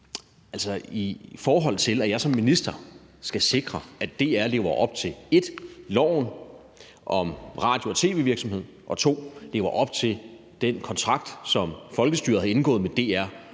i forhold til at jeg som minister skal sikre, at DR lever op til 1) lov om radio- og fjernsynsvirksomhed og 2) den kontrakt, som folkestyret har indgået med DR,